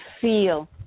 feel